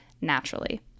naturally